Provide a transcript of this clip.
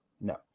no